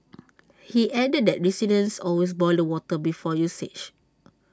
he added that residents always boil the water before usage